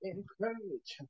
Encourage